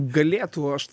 galėtų aš